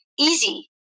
easy